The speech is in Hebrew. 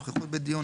נוכחות בדיון,